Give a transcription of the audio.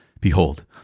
Behold